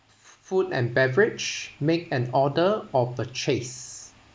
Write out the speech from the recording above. food and beverage make an order or purchase